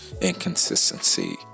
inconsistency